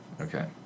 okay